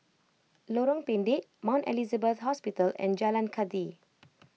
Lorong Pendek Mount Elizabeth Hospital and Jalan Kathi